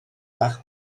bach